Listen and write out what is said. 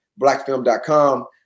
blackfilm.com